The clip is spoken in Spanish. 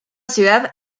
ciudad